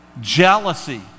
jealousy